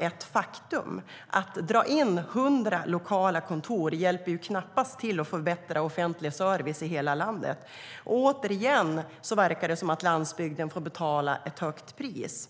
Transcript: ett faktum. Att man drar in 100 lokala kontor hjälper knappast till att förbättra den offentliga servicen i hela landet. Återigen verkar det som att landsbygden får betala ett högt pris.